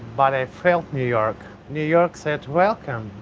but i felt new york. new york said, welcome,